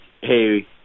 hey